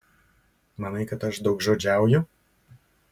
manai kad aš daugžodžiauju